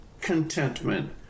contentment